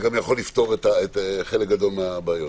שגם יכול לפתור חלק גדול מהבעיות.